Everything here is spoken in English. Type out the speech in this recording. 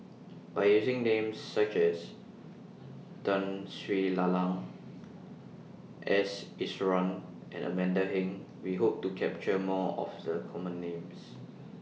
By using Names such as Tun Sri Lanang S Iswaran and Amanda Heng We Hope to capture More of The Common Names